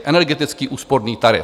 Energetický úsporný tarif.